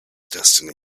destiny